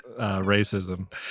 racism